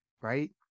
right